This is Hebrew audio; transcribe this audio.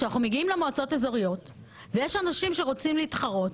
כשאנחנו מגיעים למועצות האזוריות ויש נשים שרוצות להתחרות,